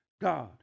God